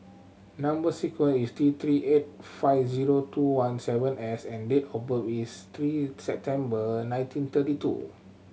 number sequence is T Three eight five zero two one seven S and date of birth is three September nineteen thirty two